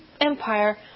Empire